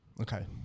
Okay